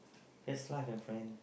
that's such a friends